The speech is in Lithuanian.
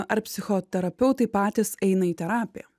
ar psichoterapeutai patys eina į terapiją